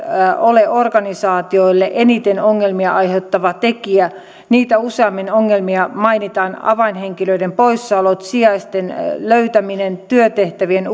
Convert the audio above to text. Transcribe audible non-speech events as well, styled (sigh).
ole organisaatioille eniten ongelmia aiheuttava tekijä niitä useammin ongelmina mainitut avainhenkilöiden poissaolot sijaisten löytäminen työtehtävien (unintelligible)